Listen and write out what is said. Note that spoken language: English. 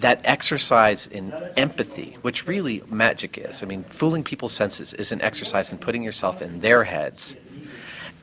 that exercise in empathy, which really magic is, i mean fooling people's senses is an exercise in putting yourself in their heads